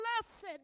blessed